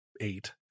eight